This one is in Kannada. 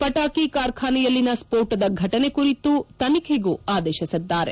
ಪಟಾಕಿ ಕಾರ್ಖಾನೆಯಲ್ಲಿನ ಸ್ಪೋಟದ ಘಟನೆ ಕುರಿತು ತನಿಖೆಗೂ ಆದೇಶಿಸಿದ್ದಾರೆ